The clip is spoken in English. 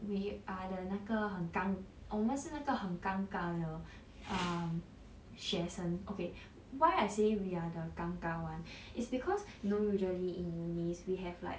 we are the 那个很尴我们是那个很尴尬的 um 学生 okay why I say we are the 尴尬 [one] is because you know usually in uni's we have like